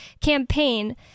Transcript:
campaign